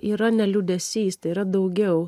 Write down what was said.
yra ne liūdesys tai yra daugiau